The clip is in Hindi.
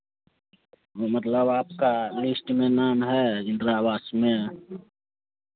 वो मतलब आपका लिस्ट में नाम है इन्दिरावास में